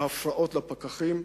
בהפרעה לפקחים.